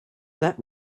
that